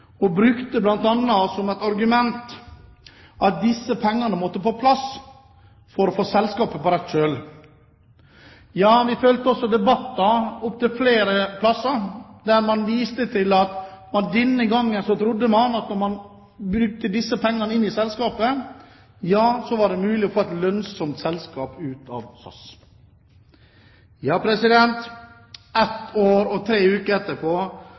brukte bl.a. som et argument at disse pengene måtte på plass for å få selskapet på rett kjøl. Ja, vi fulgte debatter opptil flere steder der man viste til at denne gangen trodde man at når man førte disse pengene inn i selskapet, var det mulig å få et lønnsomt selskap ut av SAS. Ett år og tre uker etterpå